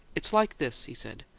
it's like this, he said.